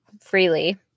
freely